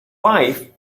wife